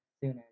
sooner